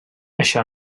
això